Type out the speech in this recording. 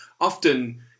often